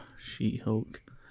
She-Hulk